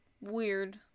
weird